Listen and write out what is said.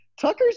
Tucker's